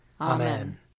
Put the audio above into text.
Amen